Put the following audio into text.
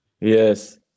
yes